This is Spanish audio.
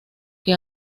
que